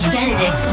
Benedict